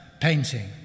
painting